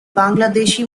bangladeshi